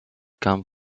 come